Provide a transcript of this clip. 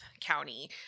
county